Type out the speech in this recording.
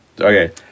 okay